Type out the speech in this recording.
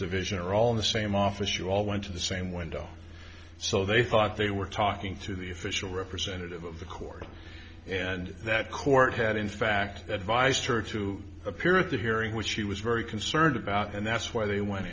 division are all in the same office you all went to the same window so they thought they were talking to the official representative of the court and that court had in fact advised her to appear at the hearing which she was very concerned about and that's why they went